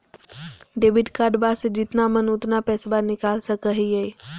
Debit कार्डबा से जितना मन उतना पेसबा निकाल सकी हय?